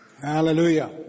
Hallelujah